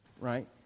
Right